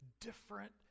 different